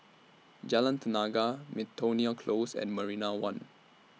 Jalan Tenaga Miltonia Close and Marina one